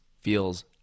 feels